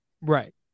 Right